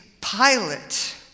Pilate